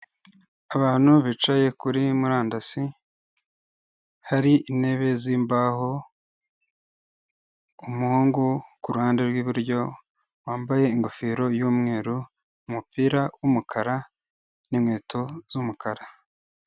Abantu bicaye kuri murandasi, hari intebe z'imbaho, umuhungu ku ruhande rw'iburyo wambaye ingofero y'umweru, umupira w'umukara n'inkweto z'umukara.